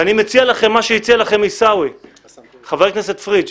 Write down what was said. ואני מציע לכם מה שהציע לכם חבר הכנסת פריג'.